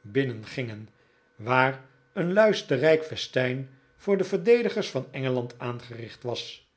binnengingen waar een luisterrijk festijn voor de verdedigers van engeland aangericht was